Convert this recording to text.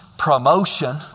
Promotion